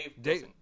Dave